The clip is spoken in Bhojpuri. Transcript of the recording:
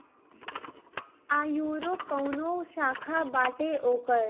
आयूरो काऊनो शाखा बाटे ओकर